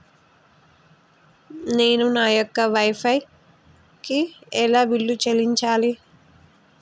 నేను నా యొక్క వై ఫై కి ఎలా బిల్లు చెల్లించాలి?